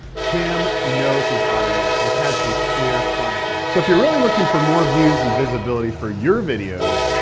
tim knows his audience and has a clear plan. so if you're really looking for more views and visibility for your videos,